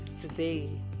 today